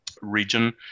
region